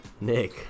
Nick